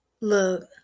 Look